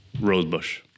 Rosebush